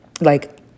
like-